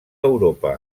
europa